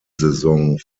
saison